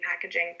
packaging